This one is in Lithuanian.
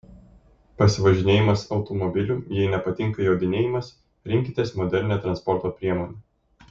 pasivažinėjimas automobiliu jei nepatinka jodinėjimas rinkitės modernią transporto priemonę